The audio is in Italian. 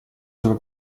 sulla